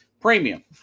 premium